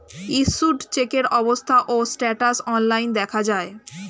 issued চেকের অবস্থা বা স্ট্যাটাস অনলাইন দেখা যায়